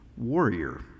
warrior